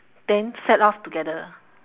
then set off together